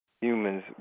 humans